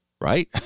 right